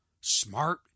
smart